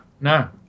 no